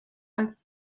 als